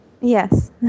Yes